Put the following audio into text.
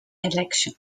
election